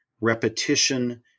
repetition